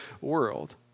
world